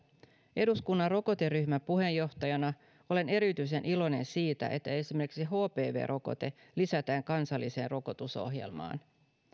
eduskunnan rokoteryhmän puheenjohtajana olen erityisen iloinen siitä että esimerkiksi hpv rokote lisätään kansalliseen rokotusohjelmaan